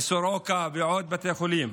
בסורוקה ובעוד בתי חולים.